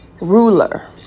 ruler